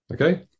Okay